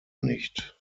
nicht